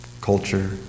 culture